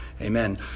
Amen